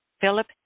Philip